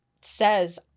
says